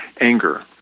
anger